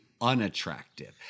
unattractive